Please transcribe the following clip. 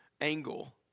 angle